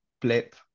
blip